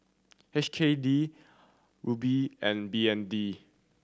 H K D Ruble and B N D